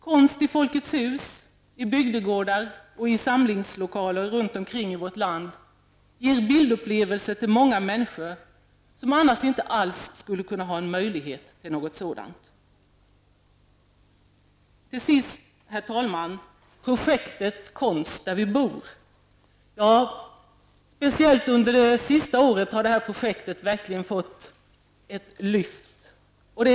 Konst i folkets hus, i bygdegårdar och i andra samlingslokaler ger bildupplevelser till många männskor, som annars inte skulle få möjlighet till någonting sådant. Herr talman! Projektet Konst där vi bor har speciellt under det senaste året fått ett lyft.